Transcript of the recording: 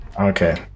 Okay